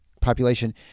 population